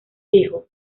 hijo